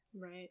right